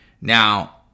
Now